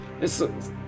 It's-